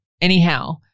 anyhow